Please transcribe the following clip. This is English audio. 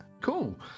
Cool